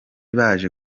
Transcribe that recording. baje